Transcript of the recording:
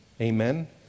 Amen